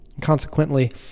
Consequently